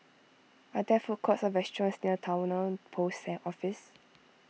are there food courts or restaurants near Towner Post Office